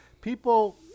people